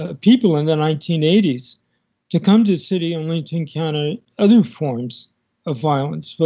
ah people in the nineteen eighty s to come to the city only to encounter other forms of violence, but